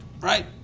right